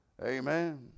Amen